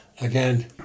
again